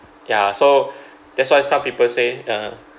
ya so that's why some people say uh